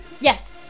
yes